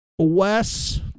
Wes